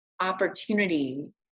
opportunity